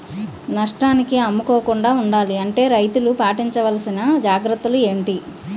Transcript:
నష్టానికి అమ్ముకోకుండా ఉండాలి అంటే రైతులు పాటించవలిసిన జాగ్రత్తలు ఏంటి